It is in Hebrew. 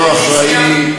אני חושב שזה לא אחראי,